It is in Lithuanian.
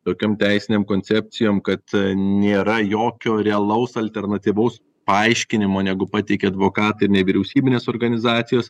tokiom teisinėm koncepcijom kad nėra jokio realaus alternatyvaus paaiškinimo negu pateikė advokatai ir nevyriausybinės organizacijos